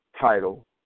title